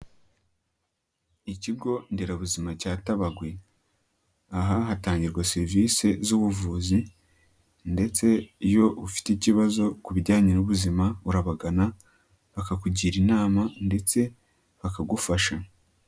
Ikigo Nderabuzima cya Tabagwe. Aha hatangirwa serivisi z'ubuvuzi, ndetse iyo ufite ikibazo ku bijyanye n'ubuzima urabagana, bakakugira inama ndetse bakagufasha.